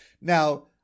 Now